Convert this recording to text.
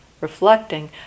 reflecting